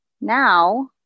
now